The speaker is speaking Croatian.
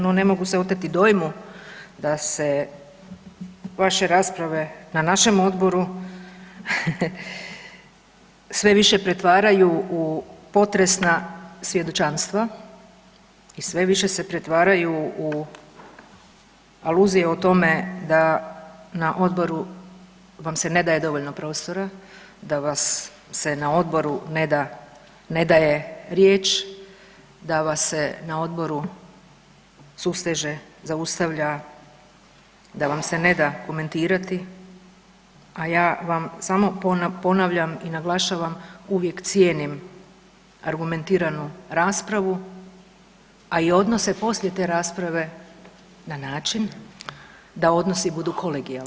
No, ne mogu se oteti dojmu da se vaše rasprave na našem Odboru sve više pretvaraju u potresna svjedočanstva i sve više se pretvaraju u aluzije o tome da na Odboru vam se ne daje dovoljno prostora, da vam se na Odboru ne daje riječ, da vas se na Odboru susteže, zaustavlja, da vam se ne da komentirati, a ja vam samo ponavljam i naglašavam uvijek cijenim argumentiranu raspravu a i odnose poslije te rasprave na način da odnosi budu kolegijalni.